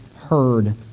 heard